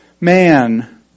man